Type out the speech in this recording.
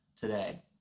today